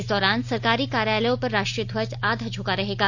इस दौरान सरकारी कार्यालयों पर राष्ट्रीय ध्वज आधा झुका रहेगा